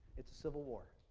is the civil war.